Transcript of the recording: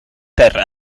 writer